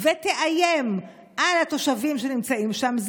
ותאיים על התושבים שנמצאים שם,